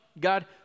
God